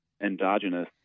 endogenous